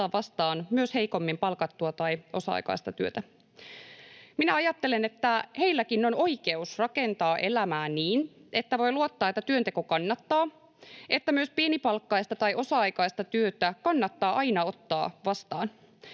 ottaa vastaan myös heikommin palkattua tai osa-aikaista työtä. Minä ajattelen, että heilläkin on oikeus rakentaa elämää niin, että voi luottaa, että työnteko kannattaa, että myös pienipalkkaista tai osa-aikaista työtä kannattaa aina ottaa vastaan,